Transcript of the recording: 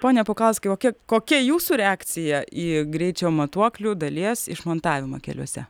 pone pukauskai o kiek kokia jūsų reakcija į greičio matuoklių dalies išmontavimą keliuose